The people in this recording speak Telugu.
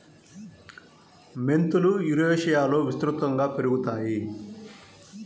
మెంతులు యురేషియాలో విస్తృతంగా పెరుగుతాయి